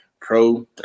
pro